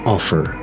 Offer